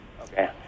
Okay